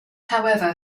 however